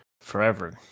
forever